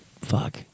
fuck